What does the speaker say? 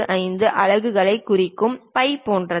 375 அலகுகளைக் குறிக்கும் பை போன்றது